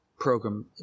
program